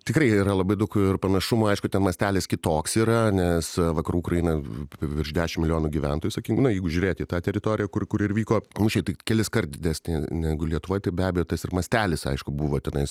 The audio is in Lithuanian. tikrai yra labai daug panašumų aišku ten mastelis kitoks yra nes vakarų ukrainą virš dešim milijonų gyventojų sakykim na jeigu žiūrėti į tą teritoriją kur kur ir vyko mūšiai tai keliskart didesni negu lietuvoj tai be abejo tas ir mastelis aišku buvo tenais